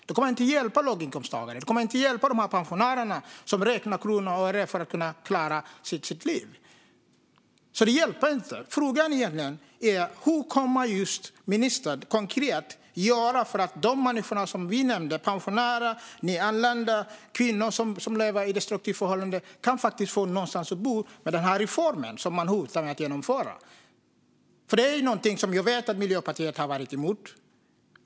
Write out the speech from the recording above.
De kommer inte att hjälpa de låginkomsttagare eller pensionärer som räknar kronor och ören för att kunna klara sitt liv. De hjälper alltså inte. Frågan är vad ministern kan göra konkret för att de människor som jag nämnde - pensionärer, nyanlända och kvinnor som lever i destruktiva förhållanden - ska få någonstans att bo, med den reform som man hotar med att genomföra? Detta är något som jag vet att Miljöpartiet har varit emot.